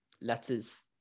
letters